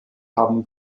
haben